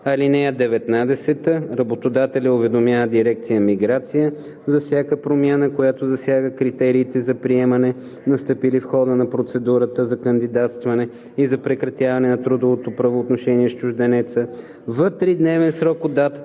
(19) Работодателят уведомява дирекция „Миграция“ за всяка промяна, която засяга критериите за приемане, настъпила в хода на процедурата за кандидатстване, и за прекратяване на трудовото правоотношение с чужденеца, в тридневен срок от датата